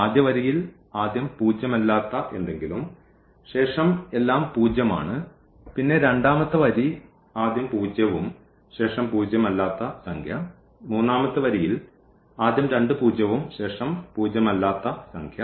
ആദ്യ വരിയിൽ ആദ്യം പൂജ്യമല്ലാത്ത എന്തെങ്കിലും ശേഷം എല്ലാം പൂജ്യമാണ് പിന്നെ രണ്ടാമത്തെ വരി ആദ്യം പൂജ്യവും ശേഷം പൂജ്യം അല്ലാത്ത സംഖ്യ മൂന്നാമത്തെ വരിയിൽ ആദ്യം രണ്ടു പൂജ്യവും ശേഷം പൂജ്യം അല്ലാത്ത സംഖ്യ